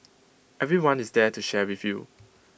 everyone is there to share with you